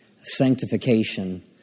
sanctification